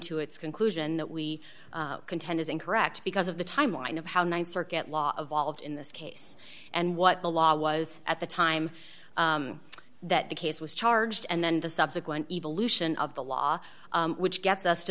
to its conclusion that we contend is incorrect because of the timeline of how th circuit law evolved in this case and what the law was at the time that the case was charged and then the subsequent evolution of the law which gets us to